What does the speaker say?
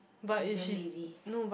she's damn lazy